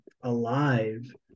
alive